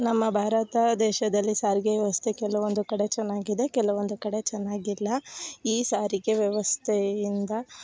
ನಮ್ಮ ಭಾರತ ದೇಶದಲ್ಲಿ ಸಾರಿಗೆ ವ್ಯವಸ್ಥೆ ಕೆಲವೊಂದು ಕಡೆ ಚೆನ್ನಾಗಿದೆ ಕೆಲವೊಂದು ಕಡೆ ಚೆನ್ನಾಗಿಲ್ಲ ಈ ಸಾರಿಗೆ ವ್ಯವಸ್ಥೆ ಇಂದ